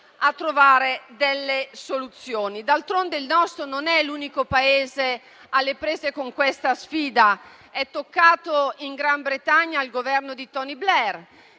a trovare delle soluzioni. D'altronde, il nostro non è l'unico Paese alle prese con questa sfida: è toccato in Gran Bretagna al Governo di Tony Blair,